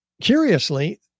curiously